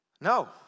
No